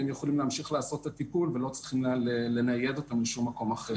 הם יכולים להמשיך לעשות את הטיפול ולא צריכים לנייד אותם לשום מקום אחר.